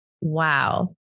Wow